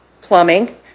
plumbing